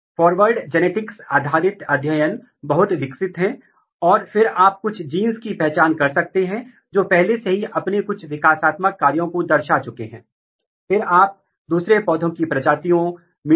यदि आप एक विशेष दल अथवा विशिष्ट विकासात्मक चरण को देखते हैं और पहचानते हैं कि वह कौन से जीन है जो कि को एक्सप्रेस सह अभिव्यक्ति हुए हैं तो मूल रूप से आप यह जान सकते हैं कि यदि दोनों एक ही कोशिका या एक ही उत्तक में उपस्थित है तो यहां पर उनके बीच में इंटरेक्शन हो सकता है